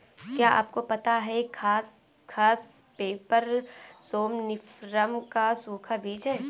क्या आपको पता है खसखस, पैपर सोमनिफरम का सूखा बीज है?